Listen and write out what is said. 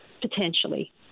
potentially